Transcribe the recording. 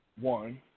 one